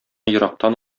ерактан